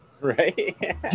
Right